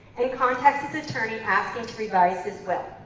and he contacts his attorney asking to revise his will.